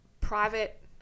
private